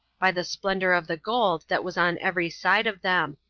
by the splendor of the gold that was on every side of them,